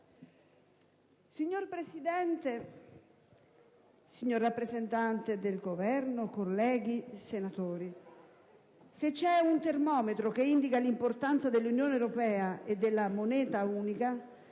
Signora Presidente, signor rappresentante del Governo, colleghi senatori, se c'è un termometro che indica l'importanza dell'Unione europea e della moneta unica